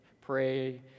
pray